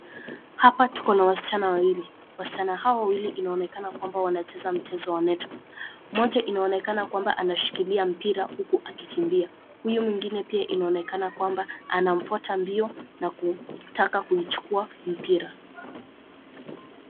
Hapa tukona wasichana wawili. Wasichana hawa wawili inaonekana kwamba wanacheza mchezo wa net ball . Moja inaonekana kwamba anashikilia mpira uku akikimbia, huyu mwingine pia inaonekana kwamba anamfuata mbio na kutaka kuichukua mpira.